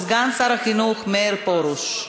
החינוך מאיר פרוש.